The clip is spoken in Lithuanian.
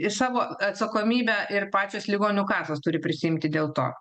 ir savo atsakomybę ir pačios ligonių kasos turi prisiimti dėl to